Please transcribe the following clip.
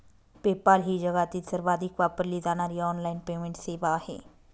PayPal ही जगातील सर्वाधिक वापरली जाणारी ऑनलाइन पेमेंट सेवा आहे